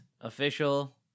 official